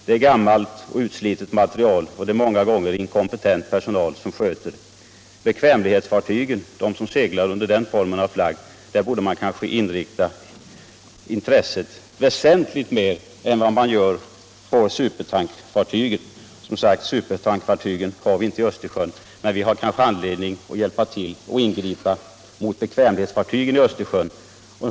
Det är gammalt och utslitet material, och många gånger är personalen inkompetent. Vi borde inrikta vårt intresse väsentligt mer på bekvämlighetsfartygen än på supertankfartyg. Dessa har vi som sagt inte i Östersjön. Däremot har vi anledning att ingripa mot bekvämlighetsfartyg i Östersjön.